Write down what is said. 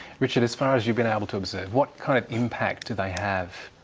richard, as far as you've been able to observe, what kind of impact do they have,